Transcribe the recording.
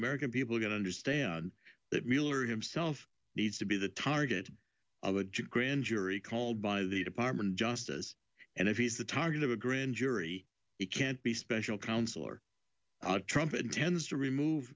american people don't understand that miller himself needs to be the target of a grand jury called by the department of justice and if he's the target of a grand jury it can't be special counsel or trump intends to remove